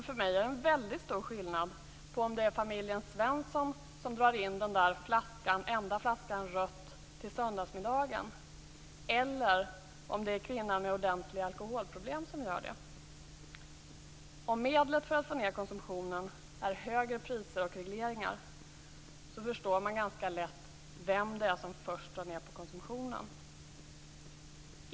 För mig är det en väldigt stor skillnad på om det är familjen Svensson som drar in den där enda flaskan rött till söndagsmiddagen eller om det är kvinnan med ordentliga alkoholproblem som gör det. Om medlet för att få ned konsumtionen är högre priser och regleringar förstår man ganska lätt vem det är som först drar ned på konsumtionen.